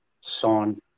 Son